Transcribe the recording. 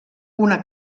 una